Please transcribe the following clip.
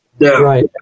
Right